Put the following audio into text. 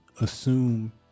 assume